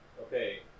Okay